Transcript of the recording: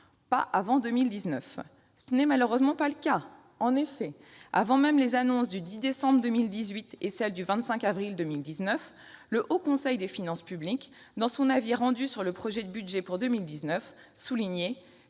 avant 2019. Tel n'est malheureusement pas le cas. En effet, avant même les annonces du 10 décembre 2018 et celles du 25 avril 2019, le Haut Conseil des finances publiques, dans son avis rendu sur le projet de budget pour 2019, soulignait